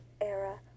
era